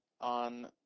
on